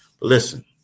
Listen